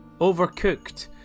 overcooked